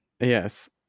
Yes